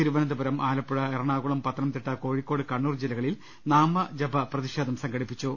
Thiruvananthapuram Alappuzha Ernakulam Pathanamthitta Kozhikode Kannur ജില്ലകളിൽ നാമജപ പ്രതിഷേധം സംഘടിപ്പിച്ചു